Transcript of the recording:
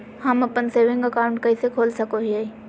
हम अप्पन saving account कइसे खोल सको हियै?